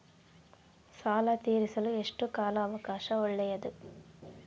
ಸಾಲ ತೇರಿಸಲು ಎಷ್ಟು ಕಾಲ ಅವಕಾಶ ಒಳ್ಳೆಯದು?